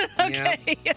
Okay